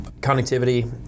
Connectivity